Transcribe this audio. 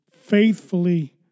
faithfully